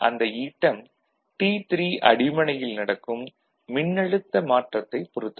அந்த ஈட்டம் T3 அடிமனையில் நடக்கும் மின்னழுத்த மாற்றத்தைப் பொறுத்தது